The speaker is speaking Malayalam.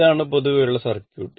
ഇതാണ് പൊതുവെയുള്ള സർക്യൂട്ട്